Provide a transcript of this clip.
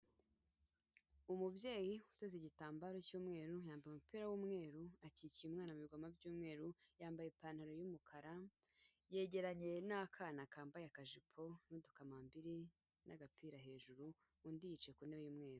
Umubyeyi uteze igitambaro cy'umweru, yambaye umupira w'umweru, akikiye umwana mu bigoma by'umweru, yambaye ipantaro y'umukara, yegeranye n'akana kambaye akajipo n'udukamambiri n'agapira hejuru, undi yicaye ku ntebe y'umweru.